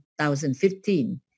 2015